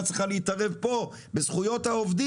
לקחו אותו.